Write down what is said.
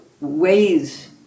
ways